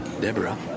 Deborah